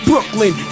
Brooklyn